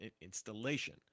installation